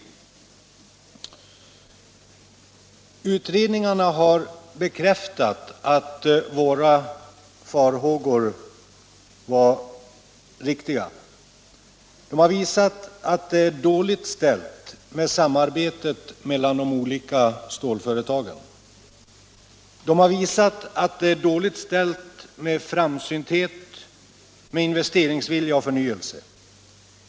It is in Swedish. Utredningarna har bekräftat våra farhågor. De har visat att det är dåligt ställt med samarbetet mellan de olika stålföretagen. De har visat att det är dåligt ställt med framsynthet, investeringsvilja och förnyelse.